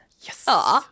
Yes